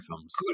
films